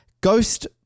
ghost